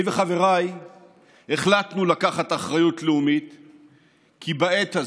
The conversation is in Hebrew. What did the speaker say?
אני וחבריי החלטנו לקחת אחריות לאומית כי בעת הזאת,